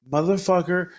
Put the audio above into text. Motherfucker